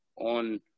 on